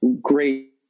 great